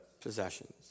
possessions